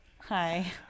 Hi